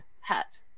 hat